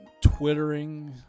Twittering